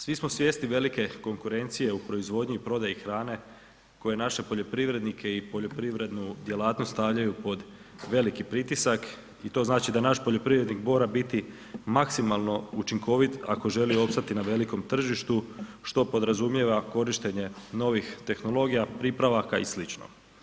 Svi smo svjesni velike konkurencije u proizvodnji i prodaji hrane koje naše poljoprivrednike i poljoprivrednu djelatnost stavljaju pod veliki pritisak i to znači da naš poljoprivrednik mora biti maksimalno učinkovit ako želi opstati na velikom tržištu što podrazumijeva korištenje novih tehnologija, pripravaka i sl.